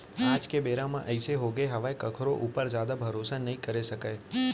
आज के बेरा म अइसे होगे हावय कखरो ऊपर जादा भरोसा नइ करे सकस